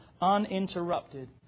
uninterrupted